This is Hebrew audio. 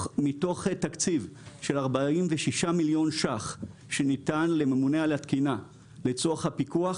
מתוך תקציב של 46 מיליון ש"ח שניתן לממונה על התקינה לצורך הפיקוח,